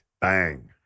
Bang